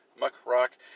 MuckRock